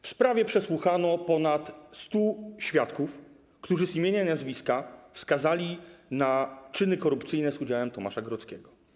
W sprawie przesłuchano ponad 100 świadków, którzy, wymieniając imię i nazwisko, wskazali na czyny korupcyjne z udziałem Tomasza Grodzkiego.